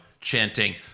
chanting